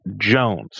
Jones